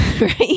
right